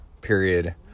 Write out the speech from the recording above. period